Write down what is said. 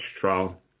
trial